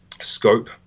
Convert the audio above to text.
scope